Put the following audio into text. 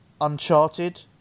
Uncharted